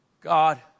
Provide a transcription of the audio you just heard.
God